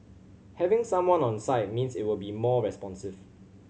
having someone on site means it will be more responsive